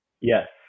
Yes